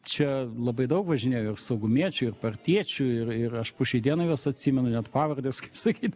čia labai daug važinėjo ir saugumiečių ir partiečių ir ir aš po šiai dienai juos atsimenu net pavardes sakyt